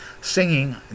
Singing